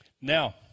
Now